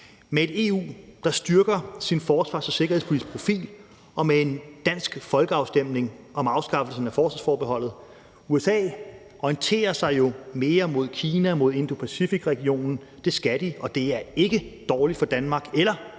med et EU, der styrker sin forsvars- og sikkerhedspolitiske profil og med en dansk folkeafstemning om afskaffelsen af forsvarsforbeholdet. USA orienterer sig jo mere mod Kina, mod Indo-Pacific-regionen. Det skal de, og det er ikke dårligt for Danmark eller